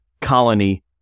colony